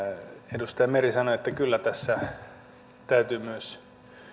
edustaja meri sanoi että kyllä tässä täytyy myös